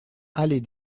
allée